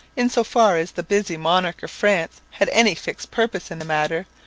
in so far as the busy monarch of france had any fixed purpose in the matter,